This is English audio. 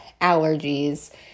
allergies